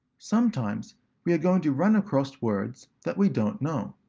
sometimes we are going to run across words that we don't know.